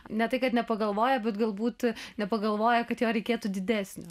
ne tai kad nepagalvoja bet galbūt nepagalvoja kad jo reikėtų didesnio